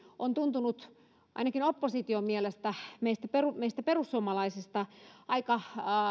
on tuntunut ainakin opposition mielestä meistä perussuomalaisista aika